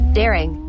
daring